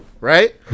Right